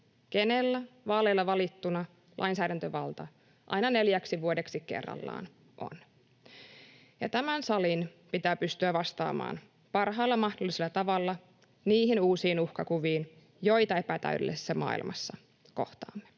on vaaleilla valittuna lainsäädäntövalta aina neljäksi vuodeksi kerrallaan. Ja tämän salin pitää pystyä vastaamaan parhaalla mahdollisella tavalla niihin uusiin uhkakuviin, joita epätäydellisessä maailmassa kohtaamme.